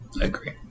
agree